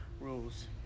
rules